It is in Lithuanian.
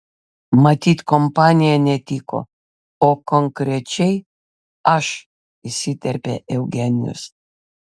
matyt kompanija netiko o konkrečiai aš įsiterpė eugenijus